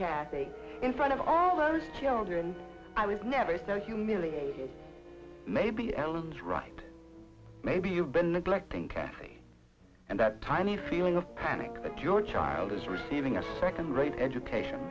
kathy in front of all those children i was never so humiliated maybe ellen's right maybe you've been neglecting cathy and that tiny feeling of panic that your child is receiving a second rate education